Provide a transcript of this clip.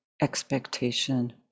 expectation